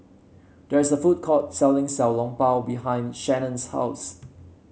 there is a food court selling Xiao Long Bao behind Shannen's house